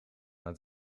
het